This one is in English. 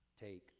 take